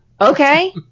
okay